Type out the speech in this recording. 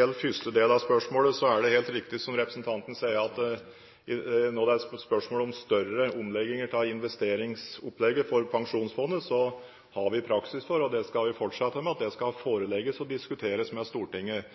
gjelder første del av spørsmålet, så er det helt riktig som representanten sier, at når det er spørsmål om større omlegginger av investeringsopplegget for Pensjonsfondet, har vi praksis for – og det skal vi fortsette med – at det skal forelegges for og diskuteres med Stortinget.